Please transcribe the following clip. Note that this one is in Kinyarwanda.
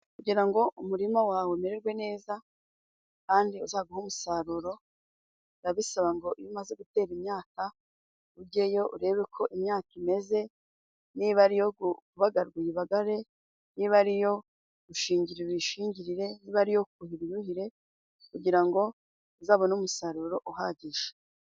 Kugira ngo umurima wawe umererwe neza kandi uzaguhe umusaruro , biba bisaba ngo iyo umaze gutera imyaka ujyeyo urebe uko imyaka imeze , niba ari iyo kubagara uyibagare, niba ari iyo gushingirira uyishingirire , niba ari iyo kuhira uyuhire kugira ngo uzabone umusaruro uhagije .